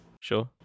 Sure